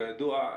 כידוע,